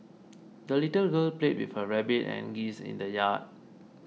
the little girl played with her rabbit and geese in the yard